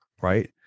right